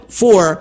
four